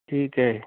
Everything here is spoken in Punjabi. ਠੀਕ ਹੈ